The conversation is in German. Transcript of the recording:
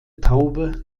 taube